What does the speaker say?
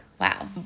wow